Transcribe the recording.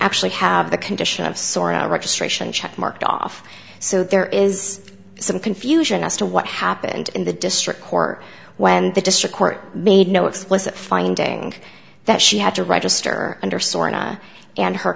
actually have the condition of sort of registration check marked off so there is some confusion as to what happened in the district court when the district court made no explicit finding that she had to register und